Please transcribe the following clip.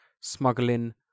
smuggling